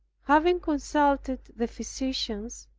having consulted the physicians,